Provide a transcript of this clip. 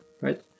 right